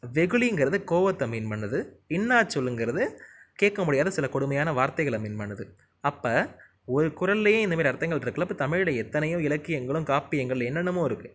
வெகுளிங்குறது கோவத்தை மீன் பண்ணுது இன்னாசொல்லுங்கிறது கேட்க முடியாத சில கொடுமையான வார்த்தைகளை மீன் பண்ணுது அப்போ ஒரு குறள்ளையே இந்த மாதிரி அர்த்தங்கள் இருக்கில்ல அப்போ தமிழ்ல எத்தனையோ இலக்கியங்களும் காப்பியங்கள் என்னென்னமோ இருக்குது